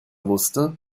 wusste